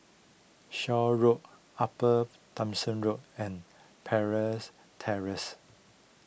Shaw Road Upper Thomson Road and Parrys Terrace